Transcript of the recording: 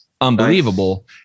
Unbelievable